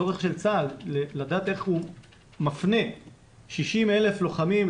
צורך של צה"ל לדעת איך הוא מפנה 60,000 לוחמים,